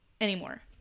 anymore